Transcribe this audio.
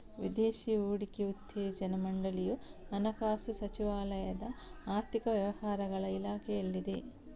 ವಿದೇಶಿ ಹೂಡಿಕೆ ಉತ್ತೇಜನಾ ಮಂಡಳಿಯು ಹಣಕಾಸು ಸಚಿವಾಲಯದ ಆರ್ಥಿಕ ವ್ಯವಹಾರಗಳ ಇಲಾಖೆಯಲ್ಲಿದೆ